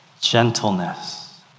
Gentleness